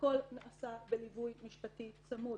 הכול נעשה בליווי משפטי צמוד.